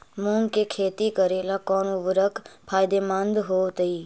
मुंग के खेती करेला कौन उर्वरक फायदेमंद होतइ?